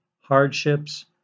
hardships